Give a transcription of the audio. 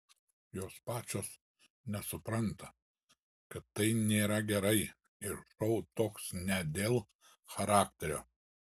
jos pačios nesupranta kad tai nėra gerai ir šou toks ne dėl charakterio